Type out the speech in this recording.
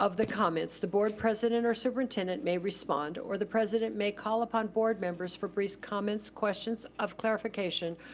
of the comments, the board president or superintendent may respond, or the president may call upon board members for brief comments, questions of clarification,